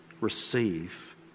receive